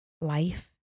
life